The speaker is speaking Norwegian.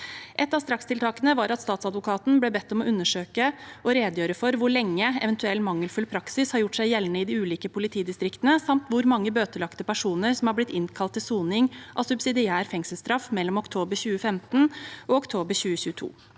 Ett av strakstiltakene var at statsadvokatene ble bedt om å undersøke og redegjøre for hvor lenge eventuell mangelfull praksis har gjort seg gjeldende i de ulike politidistriktene, samt hvor mange bøtelagte personer som er blitt innkalt til soning av subsidiær fengselsstraff mellom oktober 2015 og oktober 2022.